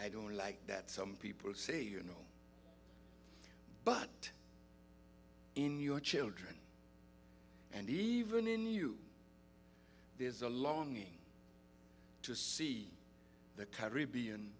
i don't like that some people say you know but in your children and even in you there's a longing to see the caribbean